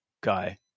guy